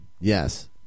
Yes